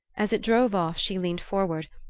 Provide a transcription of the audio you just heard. as it drove off she leaned forward,